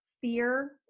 fear